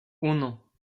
uno